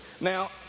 Now